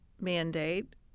mandate